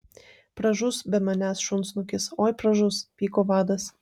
pražus be manęs šunsnukis oi pražus pyko vadas